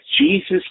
Jesus